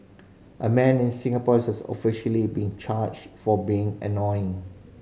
a man in Singapore has officially been charged for being annoying